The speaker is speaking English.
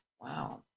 Wow